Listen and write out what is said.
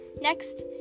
next